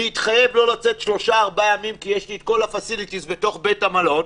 להתחייב לא לצאת שלושה-ארבעה ימים כי יש לי את הפסיליטיז בתוך בית המלון